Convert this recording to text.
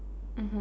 mmhmm